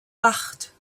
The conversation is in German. acht